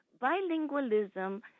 bilingualism